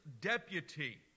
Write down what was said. deputy